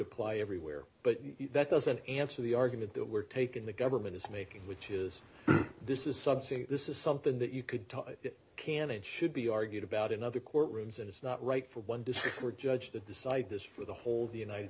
apply everywhere but that doesn't answer the argument that were taken the government is making which is this is subsidy this is something that you could talk it can it should be argued about in other courtrooms and it's not right for one district court judge to decide this for the whole the united